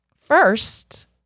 First